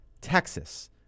Texas